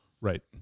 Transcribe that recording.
Right